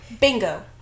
Bingo